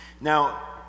now